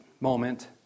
moment